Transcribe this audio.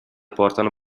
portano